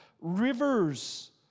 Rivers